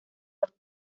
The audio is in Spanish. los